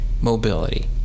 mobility